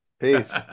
peace